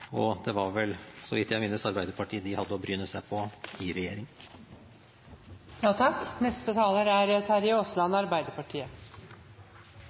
regjering. Det var vel, så vidt jeg minnes, Arbeiderpartiet de hadde å bryne seg på i